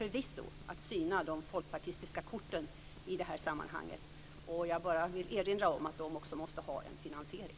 Förvisso kommer vi att syna de folkpartistiska korten i det här sammanhanget. Jag vill bara erinra om att de också måste ha en finansiering.